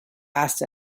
asked